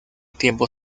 tiempo